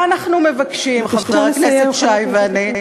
מה אנחנו מבקשים, חבר הכנסת שי ואני?